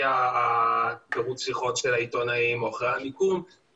פירוט שיחות של עיתונאים ואחרי המיקום,